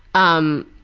um.